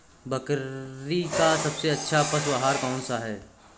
बकरी का सबसे अच्छा पशु आहार कौन सा है?